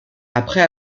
après